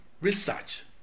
research